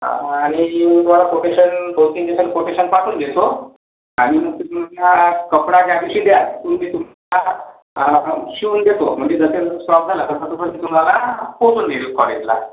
हा आनि तुम्हाला कोटेशन दोन तीन दिवसात कोटेशन पाठवून देतो आनि तुम्ही मला कपडा ज्या दिवशी द्याल तुम्ही तेतुन मी तुम्हाला शिवून देतो म्हनजे जसे स्टॉक झाला की कस पन तुम्हाला पोचून देतो कॉलेजला